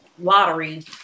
lottery